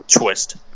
twist